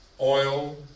oil